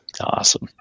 Awesome